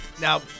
now